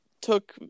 took